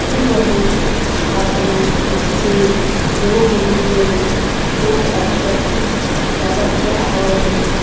ہو بہو چھاپ بنائی تھی جسے لوگوں کے دل میں خوب اٹریکٹیو پیدا کیا اور